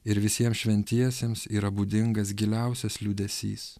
ir visiems šventiesiems yra būdingas giliausias liūdesys